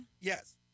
Yes